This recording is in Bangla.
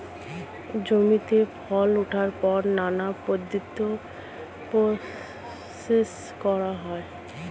জমিতে ফসল ওঠার পর নানা পদ্ধতিতে প্রসেস করা হয়